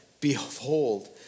behold